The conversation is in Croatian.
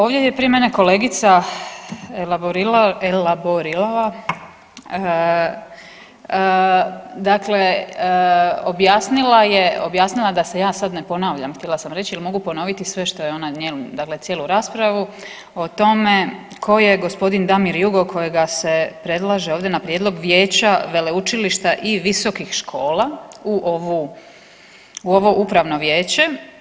Ovdje je prije mene kolegica elaborirala dakle objasnila je, objasnila da se ja sad ne ponavljam htjela sam reći jer mogu ponoviti sve što je ona, njenu dakle cijelu raspravu o tome tko je gospodin Damir Jugo kojega se predlaže ovdje na prijedlog vijeća veleučilišta i visokih škola u ovo upravno vijeće.